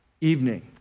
evening